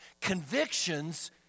Convictions